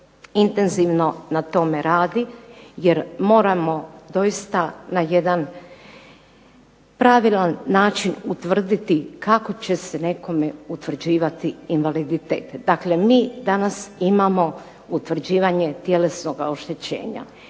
intenzivno na tome radi jer moramo doista na jedan pravilan način utvrditi kako će se nekome utvrđivati invaliditet. Dakle, mi danas imamo utvrđivanje tjelesnoga oštećenja.